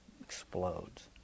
explodes